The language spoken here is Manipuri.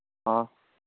ꯑ